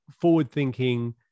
forward-thinking